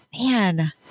Man